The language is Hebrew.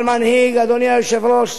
אבל מנהיג, אדוני היושב-ראש,